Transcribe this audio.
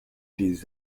les